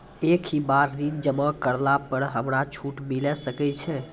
एक ही बार ऋण जमा करला पर हमरा छूट मिले सकय छै?